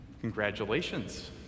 Congratulations